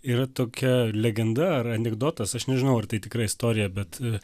yra tokia legenda ar anekdotas aš nežinau ar tai tikra istorija bet